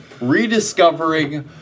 rediscovering